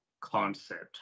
concept